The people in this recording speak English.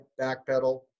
backpedal